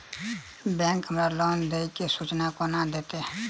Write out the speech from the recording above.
Bank हमरा loan देय केँ सूचना कोना देतय?